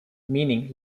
meaning